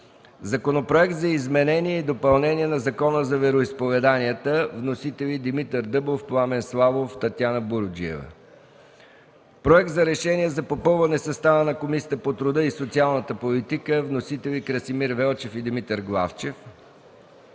Законопроект за изменение и допълнение на Закона за вероизповеданията. Вносители – Димитър Дъбов, Пламен Славов и Татяна Буруджиева. Проект за решение за попълване състава на Комисията по труда и социалната политика. Вносители – Красимир Велчев и Димитър Главчев.